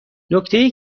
نکته